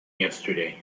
yesterday